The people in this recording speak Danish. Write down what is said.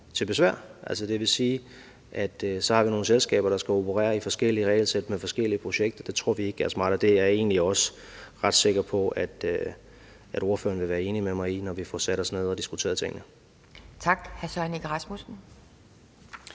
til besvær. Altså, det vil sige, at vi så har nogle selskaber, der skal operere i forskellige regelsæt med forskellige projekter. Det tror vi ikke er smart, og det er jeg egentlig også ret sikker på at ordføreren vil være enig med mig i, når vi får sat os ned og diskuteret tingene. Kl. 10:48 Anden